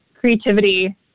creativity